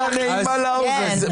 נעימה לאוזן.